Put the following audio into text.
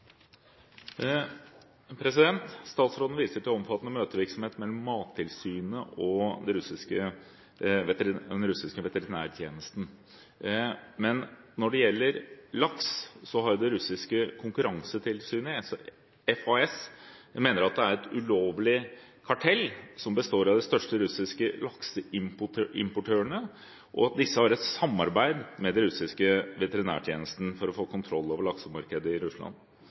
Statsråden viser til omfattende møtevirksomhet mellom Mattilsynet og den russiske veterinærtjenesten. Men når det gjelder laks, mener det russiske konkurransetilsynet, FAS, at det finnes et ulovlig kartell som består av de største russiske lakseimportørene, og at disse har et samarbeid med den russiske veterinærtjenesten for å få kontroll over laksemarkedet i Russland.